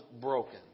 broken